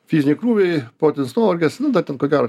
fiziniai krūviai protinis nuovargis nu ten dar ko gero